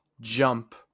jump